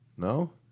no?